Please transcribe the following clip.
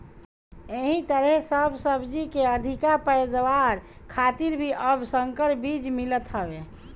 एही तरहे सब सब्जी के अधिका पैदावार खातिर भी अब संकर बीज मिलत हवे